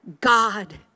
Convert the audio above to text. God